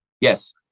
Yes